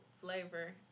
flavor